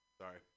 sorry